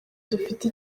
dufite